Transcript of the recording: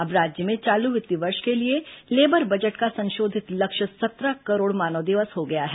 अब राज्य में चालू वित्तीय वर्ष के लिए लेबर बजट का संशोधित लक्ष्य सत्रह करोड़ मानव दिवस हो गया है